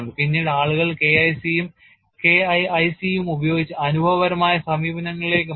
പിന്നീട് ആളുകൾ K IC യും K IIC യും ഉപയോഗിച്ച അനുഭവപരമായ സമീപനങ്ങളിലേക്ക് മാറി